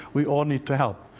we all need to help.